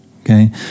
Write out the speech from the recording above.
okay